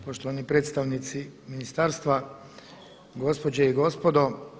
Poštovani predstavnici ministarstva, gospođe i gospodo.